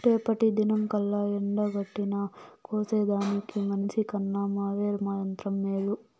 రేపటి దినంకల్లా ఎండగడ్డిని కోసేదానికి మనిసికన్న మోవెర్ యంత్రం మేలు